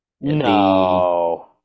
no